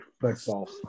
football